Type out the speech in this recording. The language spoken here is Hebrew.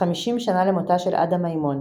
50 שנה למותה של עדה מימון.